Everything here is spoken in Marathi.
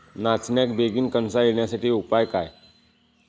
नाचण्याक बेगीन कणसा येण्यासाठी उपाय काय?